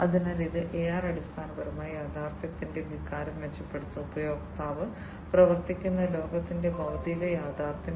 അതിനാൽ ഇത് AR അടിസ്ഥാനപരമായി യാഥാർത്ഥ്യത്തിന്റെ വികാരം മെച്ചപ്പെടുത്തും ഉപയോക്താവ് പ്രവർത്തിക്കുന്ന ലോകത്തിന്റെ ഭൌതിക യാഥാർത്ഥ്യം